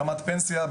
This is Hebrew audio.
מבחינת פנסיה,